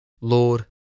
Lord